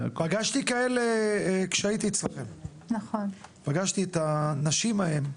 פגשתי כאלה שהייתי אצלכם, פגשתי את הנשים ההם.